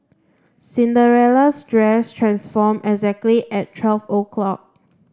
Cinderella's dress transformed exactly at twelve o'clock